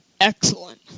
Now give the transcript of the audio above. excellent